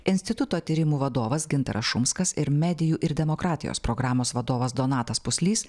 instituto tyrimų vadovas gintaras šumskas ir medijų ir demokratijos programos vadovas donatas puslys